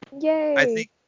Yay